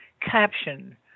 caption